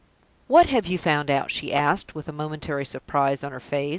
what have you found out? she asked, with a momentary surprise on her face,